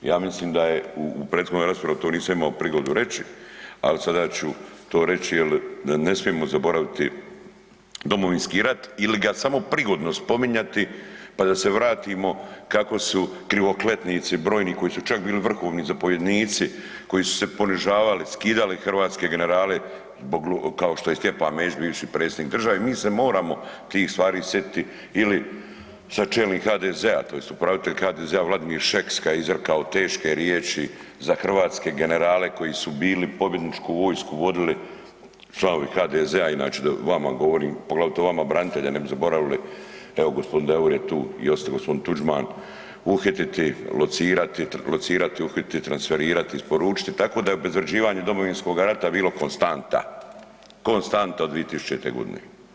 Ja mislim da u prethodnom raspravi to nisam imao prigodu reći, ali sada ću to reći jer ne smijemo zaboraviti Domovinski rat ili ga samo prigodno spominjati pa da se vratimo kako su krivokletnici brojni koji su čak bili vrhovni zapovjednici, koji su se ponižavali, skidali hrvatske generale kao što je Stjepan Mesić, bivši Predsjednik države, mi se moramo tih stvari sjetiti ili sad čelnik HDZ-a tj. upravitelj HDZ-a Vladimir Šeks kad je izrekao teške riječi za hrvatske generale koji su bili pobjedničku vojsku vodili, članovi HDZ-a inače vama govorim, poglavito vama braniteljima, evo g. Davor je tu i ostao g. Tuđman, „locirati, uhititi, transferirati, isporučiti“, tako da je obezvrjeđivanje Domovinskoga rata bilo konstanta, konstanta od 2000. godine.